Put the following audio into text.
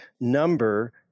number